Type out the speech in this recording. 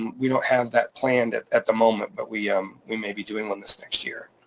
and we don't have that planned at at the moment, but we um we may be doing one this next year.